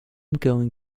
going